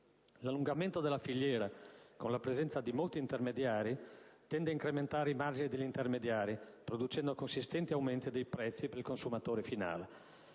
L'allungamento della filiera con la presenza di molti intermediari tende ad incrementare i margini degli intermediari, producendo consistenti aumenti dei prezzi per il consumatore finale.